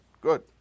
good